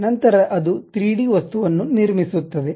ನಂತರ ಅದು 3ಡಿ ವಸ್ತುವನ್ನು ನಿರ್ಮಿಸುತ್ತದೆ